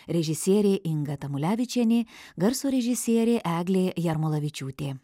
režisierė inga tamulevičienė garso režisierė eglė jarmolavičiūtė